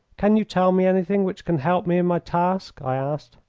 can you tell me anything which can help me in my task? i asked.